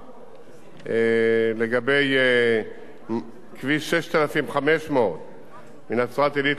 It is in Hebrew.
לגבי כביש 6500 מנצרת-עילית למחלף טורעאן,